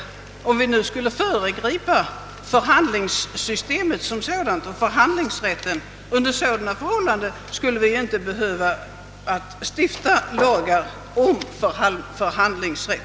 Om vi skulle föregripa systemet med förhandlingar, så behövde vi ju inte stifta några lagar om förhandlingsrätt.